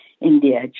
India